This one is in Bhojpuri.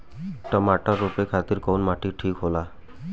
टमाटर रोपे खातीर कउन माटी ठीक होला?